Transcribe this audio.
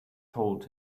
told